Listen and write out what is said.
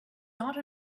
not